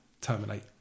terminate